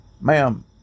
ma'am